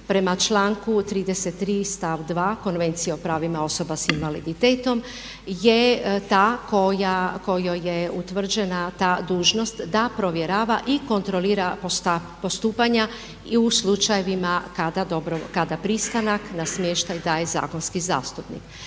prema članku 33. stav 2. Konvencije o pravima osobama sa invaliditetom je ta kojoj je utvrđena ta dužnost da provjerava i kontrolira ta postupanja i u slučajevima kada pristanak na smještaj daje zakonski zastupnik.